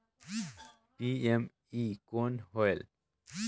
PME कौन होयल?